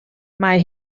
mae